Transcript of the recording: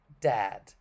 Dad